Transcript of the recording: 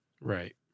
Right